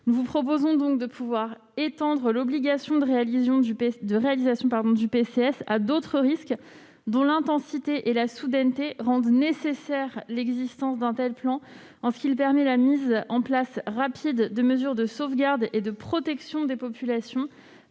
Nous vous proposons d'étendre l'obligation de réalisation d'un PCS à d'autres risques, dont l'intensité ou la soudaineté rend nécessaire l'existence d'un tel plan, en ce qu'il permet la mise en place rapide de mesures de sauvegarde et de protection des populations.